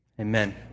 amen